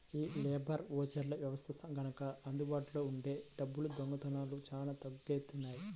యీ లేబర్ ఓచర్ల వ్యవస్థ గనక అందుబాటులో ఉంటే డబ్బుల దొంగతనాలు చానా తగ్గుతియ్యి